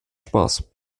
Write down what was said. spaß